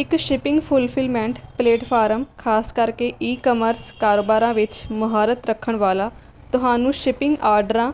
ਇੱਕ shipping fulfilment platform ਖਾਸ ਕਰਕੇ ਈ ਕਾਮਰਸ ਕਾਰੋਬਾਰਾਂ ਵਿੱਚ ਮੁਹਾਰਤ ਰੱਖਣ ਵਾਲਾ ਤੁਹਾਨੂੰ ਸ਼ਿਪਿੰਗ ਆਰਡਰਾਂ